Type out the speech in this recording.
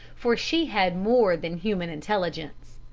for she had more than human intelligence.